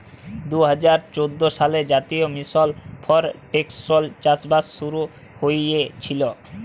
দু হাজার চোদ্দ সালে জাতীয় মিশল ফর টেকসই চাষবাস শুরু হঁইয়েছিল